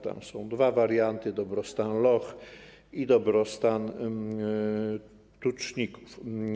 Tam są dwa warianty: dobrostan loch i dobrostan tuczników.